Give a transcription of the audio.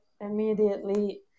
immediately